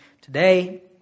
today